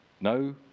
no